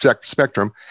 spectrum